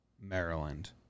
Maryland